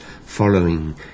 following